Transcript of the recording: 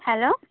hello